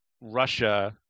russia